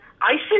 ISIS